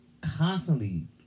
constantly